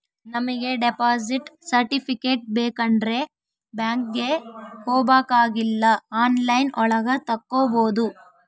ನಮಿಗೆ deposit certificate ಬೇಕಂಡ್ರೆ ಬ್ಯಾಂಕ್ಗೆ ಹೋಬಾಕಾಗಿಲ್ಲ ಆನ್ಲೈನ್ ಒಳಗ ತಕ್ಕೊಬೋದು